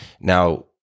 Now